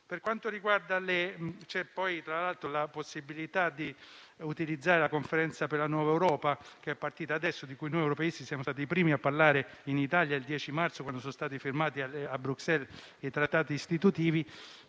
dell'autunno. C'è tra l'altro la possibilità di utilizzare la Conferenza sul futuro dell'Europa, che è partita adesso e di cui noi europeisti siamo stati i primi a parlare in Italia il 10 marzo, quando sono stati firmati a Bruxelles i trattati istitutivi,